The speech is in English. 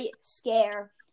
scare